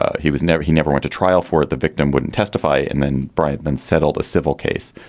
ah he was never he never went to trial for it. the victim wouldn't testify. and then breitman settled a civil case.